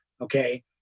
Okay